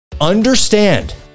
Understand